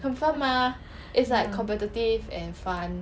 很 fun mah it's like competitive and fun